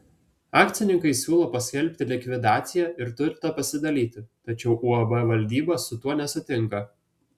akcininkai siūlo paskelbti likvidaciją ir turtą pasidalyti tačiau uab valdyba su tuo nesutinka